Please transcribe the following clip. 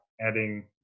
adding